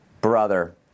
brother